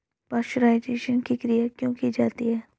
Pasteurisation की क्रिया क्यों की जाती है?